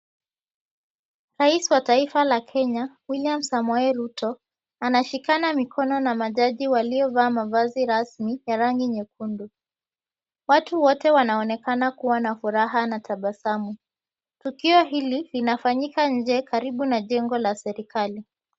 Rais wa taifa la Kenya William Samoei Ruto anashikana mikono na majaji waliovaa mavazi rasmi ya rangi nyekundu. Watu wote wanaonekana kuwa na furaha na tabasamu. Tukio hili linafanyika inje karibu na jengo la serikali.